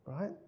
Right